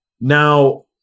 Now